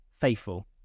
faithful